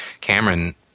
Cameron